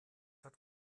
hat